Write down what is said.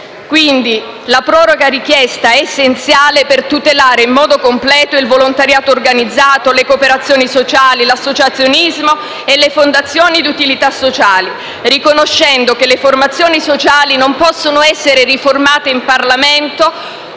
umane. La proroga richiesta è quindi essenziale per tutelare in modo completo il volontariato organizzato, le cooperazioni sociali, l'associazionismo e le fondazioni di utilità sociale, riconoscendo che le formazioni sociali non possono essere riformate in Parlamento